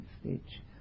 stage